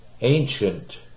ancient